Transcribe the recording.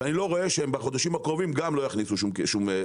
ואני לא רואה שהם בחודשים הקרובים לא יכניסו שום כסף